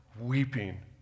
weeping